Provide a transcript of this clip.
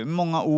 många